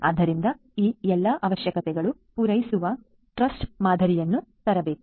ಆದ್ದರಿಂದ ಈ ಎಲ್ಲ ಅವಶ್ಯಕತೆಗಳನ್ನು ಪೂರೈಸುವ ಟ್ರಸ್ಟ್ ಮಾದರಿಯನ್ನು ನಾವು ತರಬೇಕಾಗಿದೆ